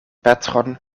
petron